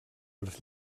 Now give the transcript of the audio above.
als